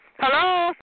Hello